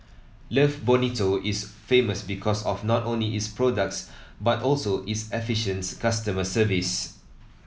love Bonito is famous because of not only its products but also its efficients customer service